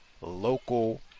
local